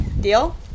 Deal